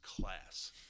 class